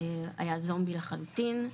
היה זומבי לחלוטין,